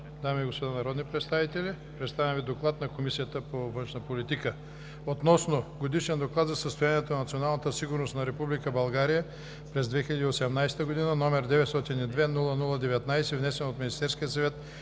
дами и господа народни представители! Представям Ви: „ДОКЛАД на Комисията по външна политика относно Годишен доклад за състоянието на националната сигурност на Република България през 2018 г., № 902-00-19, внесен от Министерския съвет